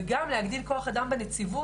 וגם להגדיל את כוח האדם בנציבות,